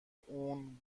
اون